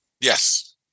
Yes